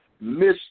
miss